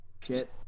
kit